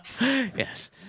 Yes